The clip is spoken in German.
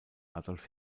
adolf